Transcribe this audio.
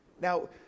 Now